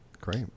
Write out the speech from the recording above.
great